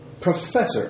Professor